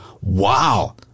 wow